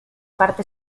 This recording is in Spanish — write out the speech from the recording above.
parte